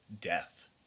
Death